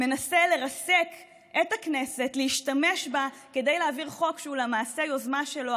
מנסה לרסק את הכנסת ולהשתמש בה כדי להעביר חוק שהוא למעשה יוזמה שלו.